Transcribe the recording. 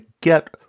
get